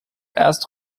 erst